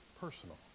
personal